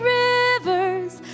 rivers